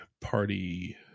party